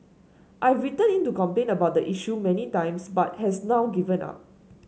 I've written in to complain about the issue many times but has now given up